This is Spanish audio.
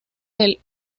del